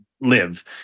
live